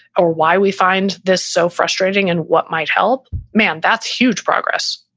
or why we find this so frustrating and what might help, man, that's huge progress.